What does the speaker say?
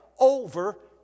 Over